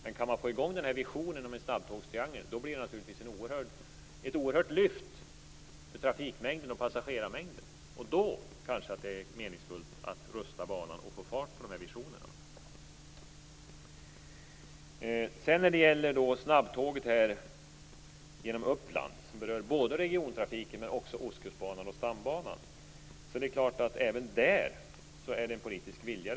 Men kan man få i gång visionen om en snabbtågstriangel blir det naturligtvis ett oerhört lyft för trafikmängden och passagerarmängden. Och då är det kanske meningsfullt att rusta banan och få fart på visionerna. Sedan gäller det snabbtåget genom Uppland. Det berör både regiontrafiken och Ostkustbanan och Stambanan. Även där handlar det om en politisk vilja.